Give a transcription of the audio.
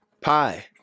pie